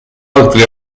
altri